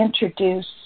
introduce